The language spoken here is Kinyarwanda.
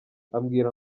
ambwira